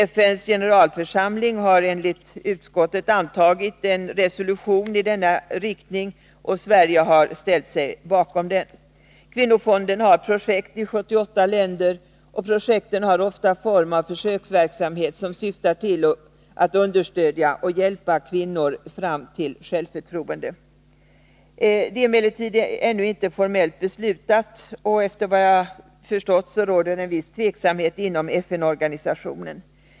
FN:s generalförsamling har enligt utskottet antagit en resolution i denna riktning, och Sverige har ställt sig bakom den. Kvinnofonden har projekt i 78 länder, och projekten har ofta formen av försöksverksamhet som syftar till att understödja och hjälpa kvinnor fram till självförtroende. Att kvinnofonden får vara kvar är emellertid ännu inte formellt beslutat, och efter vad jag förstått råder en viss tveksamhet inom FN-organisationen.